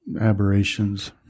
aberrations